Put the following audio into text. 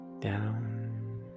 down